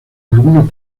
algunos